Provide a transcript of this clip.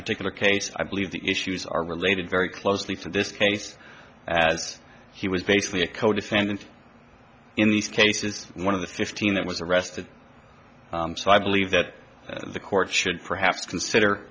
particular case i believe the issues are related very closely to this case as he was basically a codefendant in these cases and one of the fifteen that was arrested so i believe that the court should perhaps consider